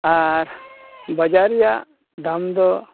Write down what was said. ᱟᱨ ᱵᱟᱡᱟᱨ ᱨᱮᱭᱟᱜ ᱫᱟᱢ ᱫᱚ